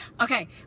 Okay